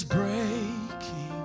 breaking